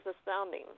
astounding